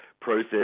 process